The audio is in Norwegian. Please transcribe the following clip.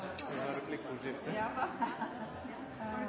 og da er